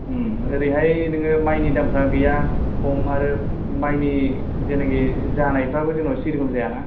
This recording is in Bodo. ओम ओरैहाय नोङो माइनि दामफ्रा गैया खम आरो माइनि जायनाखि जानायफ्राबो जोंनाव सेरैखम जायाना